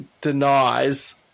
denies